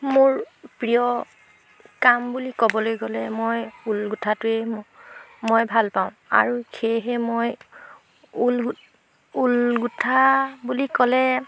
মোৰ প্ৰিয় কাম বুলি ক'বলৈ গ'লে মই ঊল গোঁঠাটোৱেই মই ভালপাওঁ আৰু সেয়েহে মই ঊল ঊল গোঁঠা বুলি ক'লে